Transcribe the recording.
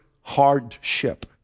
hardship